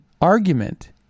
argument